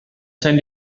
send